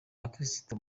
abakristo